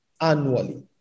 annually